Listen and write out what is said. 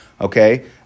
okay